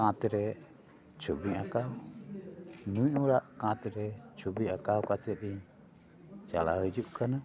ᱠᱟᱸᱛ ᱨᱮ ᱪᱷᱩᱵᱤ ᱟᱠᱟᱣ ᱱᱩᱭ ᱚᱲᱟᱜ ᱠᱟᱸᱛ ᱨᱮ ᱪᱷᱩᱵᱤ ᱟᱠᱟᱣ ᱠᱟᱛᱮ ᱤᱧ ᱪᱟᱞᱟᱣ ᱦᱤᱡᱩᱜ ᱠᱟᱱᱟ